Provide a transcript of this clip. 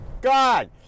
God